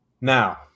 Now